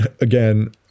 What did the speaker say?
Again